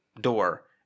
door